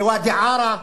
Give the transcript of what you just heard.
בוואדי-עארה,